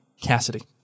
Cassidy